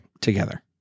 together